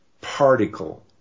particle